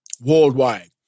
worldwide